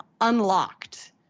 unlocked